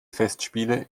festspiele